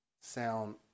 sound